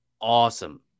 awesome